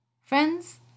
Friends